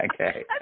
Okay